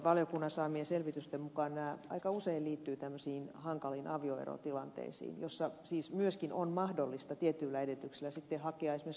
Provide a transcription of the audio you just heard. valiokunnan saamien selvitysten mukaan nämä aika usein liittyvät tämmöisiin hankaliin avioerotilanteisiin joissa siis myöskin on mahdollista tietyillä edellytyksillä hakea esimerkiksi lähestymiskieltoa